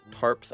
tarps